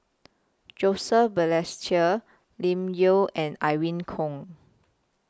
Joseph Balestier Lim Yau and Irene Khong